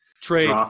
trade